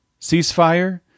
ceasefire